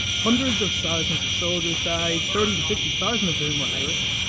hundreds of thousands of soldiers died, thirty fifty thousand of whom were irish.